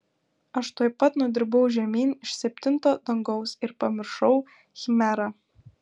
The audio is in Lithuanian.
aš tuoj pat nudribau žemyn iš septinto dangaus ir pamiršau chimerą